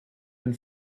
been